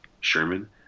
Sherman